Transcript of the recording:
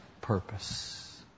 purpose